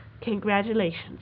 Congratulations